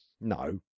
No